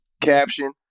caption